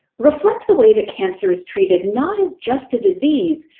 reflect the way that cancer is treated not as just a disease,